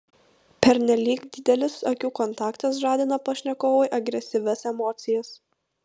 pernelyg didelis akių kontaktas žadina pašnekovui agresyvias emocijas